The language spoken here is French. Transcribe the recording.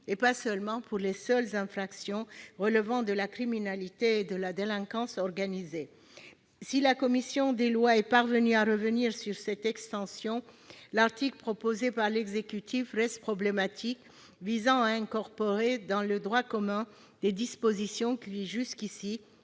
et pas seulement pour les seules infractions relevant de la criminalité et de la délinquance organisées. Si la commission des lois est parvenue à revenir sur cette extension, l'article proposé par l'exécutif reste problématique, car il vise à incorporer dans le droit commun des dispositions qui, jusque-là,